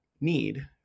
need